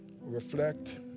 reflect